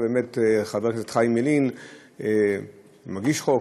חבר הכנסת חיים ילין מגיש חוק,